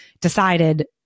decided